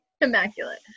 immaculate